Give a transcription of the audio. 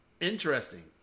interesting